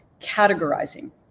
categorizing